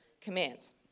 commands